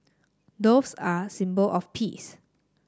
doves are a symbol of peace